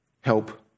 help